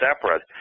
separate